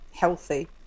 healthy